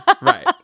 Right